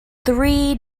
three